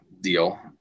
Deal